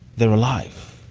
they're alive.